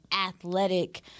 athletic